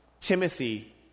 Timothy